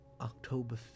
october